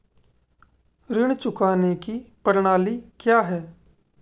ऋण चुकाने की प्रणाली क्या है?